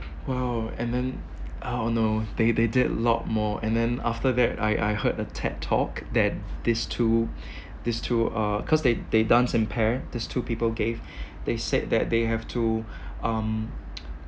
!wow! and then oh no they they did a lot more and then after that I I heard a ted talk that these two these two uh cause they they dance in pair these two people gave they said that they have to um